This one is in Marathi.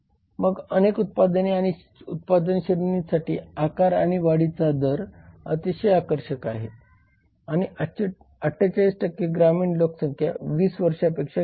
मग अनेक उत्पादने आणि उत्पादन श्रेणींसाठी आकार आणि वाढीचा दर अतिशय आकर्षक आहे आणि 48 ग्रामीण लोकसंख्या 20 वर्षांपेक्षा कमी आहे